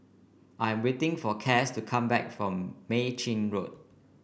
I'm waiting for Cas to come back from Mei Chin Road